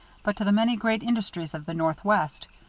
but to the many great industries of the northwest,